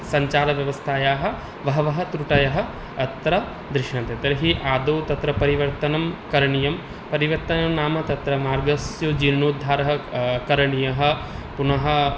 सञ्चारव्यवस्थायाः बह्व्यः त्रुटयः अत्र दृश्यन्ते तर्हि आदौ तत्र परिवर्तनं करणीयं परिवर्तनं नाम तत्र मार्गस्य जीर्णोद्धारः क् करणीयः पुनः